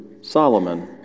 Solomon